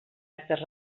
actes